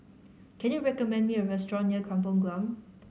can you recommend me a restaurant near Kampong Glam